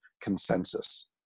consensus